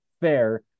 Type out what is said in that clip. Fair